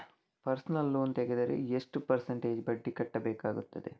Personal loan ತೆಗೆದರೆ ಎಷ್ಟು percentage ಬಡ್ಡಿ ಕಟ್ಟಬೇಕಾಗುತ್ತದೆ?